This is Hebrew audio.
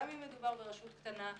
גם אם מדובר ברשות קטנה,